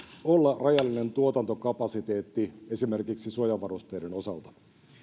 olla rajallinen tuotantokapasiteetti esimerkiksi suojavarusteiden osalta